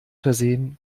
versehen